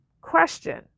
Question